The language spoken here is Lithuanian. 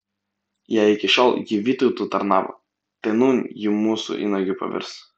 jei iki šiol ji vytautui tarnavo tai nūn ji mūsų įnagiu pavirs